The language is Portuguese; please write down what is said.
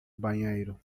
banheiro